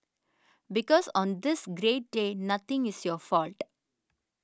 because on this great day nothing is your fault